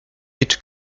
each